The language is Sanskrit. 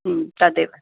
तदेव